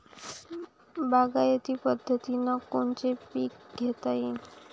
बागायती पद्धतीनं कोनचे पीक घेता येईन?